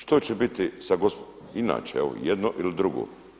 Što će biti, inače evo jedno ili drugo.